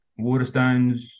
Waterstones